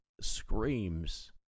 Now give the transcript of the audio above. screams